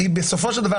בסופו של דבר,